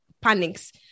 panics